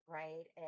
right